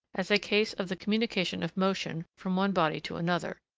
as a case of the communication of motion from one body to another.